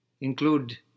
include